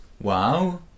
Wow